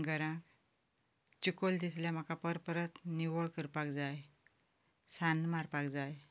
घरांत चिकल दिसल्यार म्हाका परत परत निवळ करपाक जाय सारन मारपाक जाय